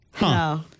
No